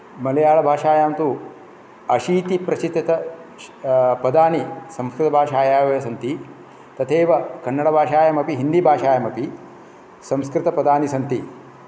मलयालभाषायां तु अशीति प्रतिशतपदानि संस्कृतभाषायाः एव सन्ति तथैव कन्नडभाषायामपि हिन्दीभाषायामपि संस्कृतपदानि सन्ति